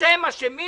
אתם אשמים,